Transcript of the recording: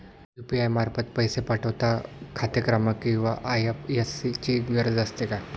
UPI मार्फत पैसे पाठवता खाते क्रमांक किंवा आय.एफ.एस.सी ची गरज असते का?